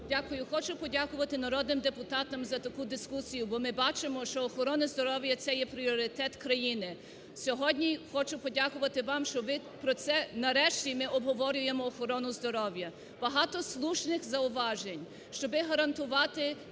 Дякую. Хочу подякувати народним депутатам за таку дискусію, бо ми бачимо, що охорона здоров'я це є пріоритет країни. Сьогодні хочу подякувати вам, що ви про це, нарешті, ми обговорюємо охорону здоров'я. Багато слушних зауважень, щоб гарантувати для